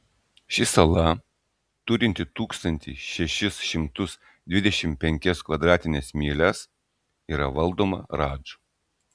ši sala turinti tūkstantį šešis šimtus dvidešimt penkias kvadratines mylias yra valdoma radžų